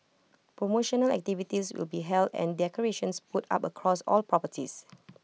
promotional activities will be held and decorations put up across all properties